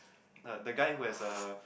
uh the guy who has a